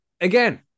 again